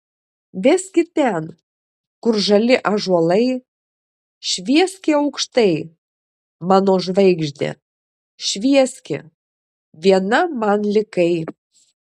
veski ten kur žali ąžuolai švieski aukštai mano žvaigžde švieski viena man likai